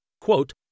quote